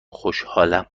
خوشحالم